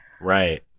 Right